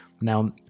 now